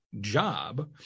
job